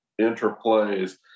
interplays